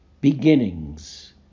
Beginnings